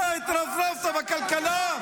אתה התרברבת בכלכלה,